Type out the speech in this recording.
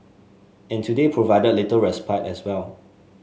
and today provided little respite as well